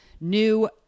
new